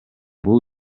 бул